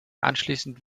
anschließend